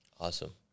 Awesome